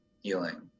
healing